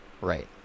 right